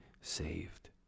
saved